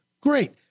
great